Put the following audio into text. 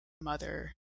mother